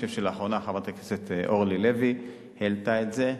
אני חושב שלאחרונה חברת הכנסת אורלי לוי אבקסיס העלתה את זה,